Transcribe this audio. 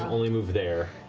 only move there.